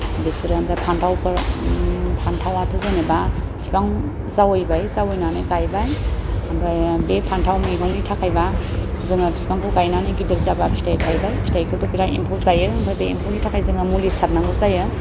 बेसोरो ओमफ्राय फान्थावफोर फान्थावाथ' जेनेबा बिफां जावायबाय बिफां जावायनानै गायबाय ओमफ्राय बे फान्थाव मैगंनि थाखायबा जोङो बिफांखौ गायनानै गिदिर जाबा फिथाय थायबाय फिथायखौथ' बिराद एम्फौ जायो ओमफ्राय बे एम्फौनि थाखाय जोङो मुलि सारनांगौ जायो